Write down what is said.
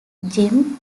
jim